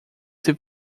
ser